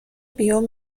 بیوم